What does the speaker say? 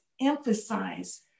emphasize